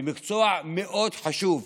מקצוע מאוד חשוב.